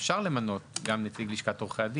אפשר למנות גם נציג לשכת עורכי הדין.